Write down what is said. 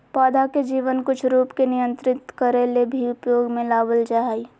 पौधा के जीवन कुछ रूप के नियंत्रित करे ले भी उपयोग में लाबल जा हइ